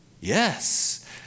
yes